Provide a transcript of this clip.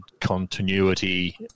continuity